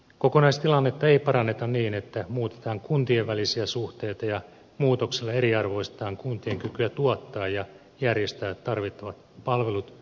kokonaistilannetta ei paranneta niin että muutetaan kuntien välisiä suhteita ja muutoksella eriarvoistetaan kuntien kykyä tuottaa ja järjestää tarvittavat palvelut